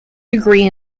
degree